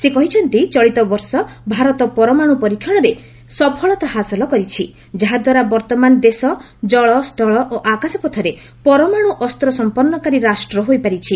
ସେ କହିଛନ୍ତି ଚଳିତ ବର୍ଷ ଭାରତ ପରମାଣୁ ପରୀକ୍ଷଣରେ ସଫଳତା ହାସଲ କରିଛି ଯାହାଦ୍ୱାରା ବର୍ଭମାନ ଦେଶ ଜଳ ସ୍ଥଳ ଓ ଆକାଶପଥରେ ପରମାଣୁ ଅସ୍ତ୍ର ସଂପନ୍ନକାରୀ ରାଷ୍ଟ୍ର ହୋଇପାରିଛି